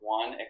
one